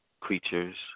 creatures